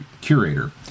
curator